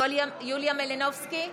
יוליה מלינובסקי,